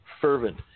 fervent